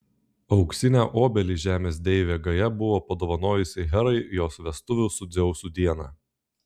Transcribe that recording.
auksinę obelį žemės deivė gaja buvo padovanojusi herai jos vestuvių su dzeusu dieną